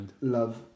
love